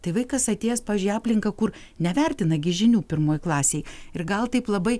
tai vaikas atėjęs pavyzdžiui į aplinką kur nevertina gi žinių pirmoj klasėj ir gal taip labai